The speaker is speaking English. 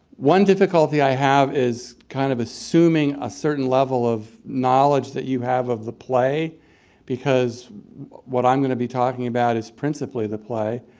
one difficulty i have is kind of assuming a certain level of knowledge that you have of the play because what i'm going to be talking about is principally the play.